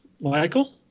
michael